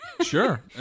Sure